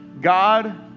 God